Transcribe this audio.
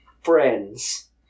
friends